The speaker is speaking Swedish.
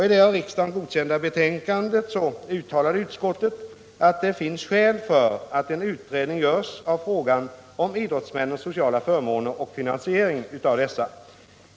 I det av riksdagen godkända betänkandet 1976/77:8 uttalade utskottet att det finns skäl för att en utredning görs av frågan om idrottsmännens sociala förmåner och finansieringen av des: sa.